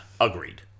agreed